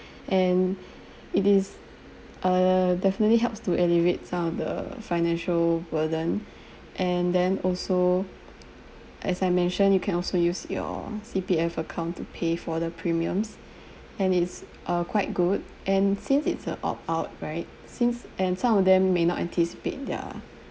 and it is err definitely helps to elevate some of the financial burden and then also as I mentioned you can also use your C_P_F account to pay for the premiums and it's err quite good and since it's a opt out right and some of them may not anticipate their